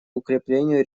укреплению